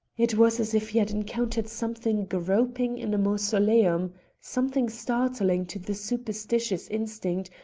it was as if he had encountered something groping in a mausoleum something startling to the superstitious instinct,